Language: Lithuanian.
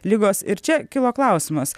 ligos ir čia kilo klausimas